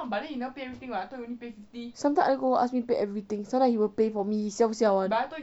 sometime I go ask me pay everything sometimes he will pay for me he siao siao [one]